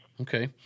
Okay